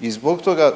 i zbog toga